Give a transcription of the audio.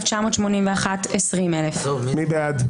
19,981 עד 20,000. מי בעד?